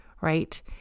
right